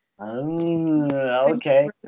Okay